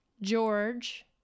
george